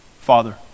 Father